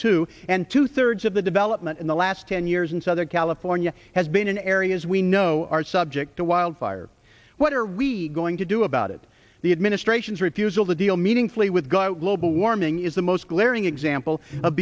two and two thirds of the development in the last ten years in southern california has been in areas we know are subject to wildfire what are we going to do about it the administration's refusal to deal meaningfully with gut local warming is the most glaring example of